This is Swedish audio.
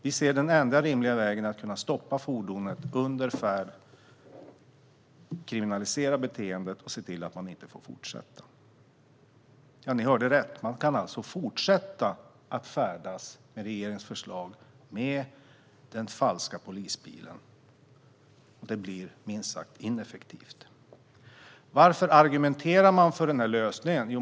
Vi ser att den enda rimliga vägen är att kunna stoppa fordonet under färd, kriminalisera beteendet och se till att man inte får fortsätta. Ni hörde rätt. Man kan alltså med regeringens förslag fortsätta att färdas med den falska polisbilen. Det blir minst sagt ineffektivt. Varför argumenterar regeringen för den lösningen?